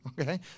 Okay